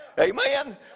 Amen